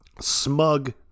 smug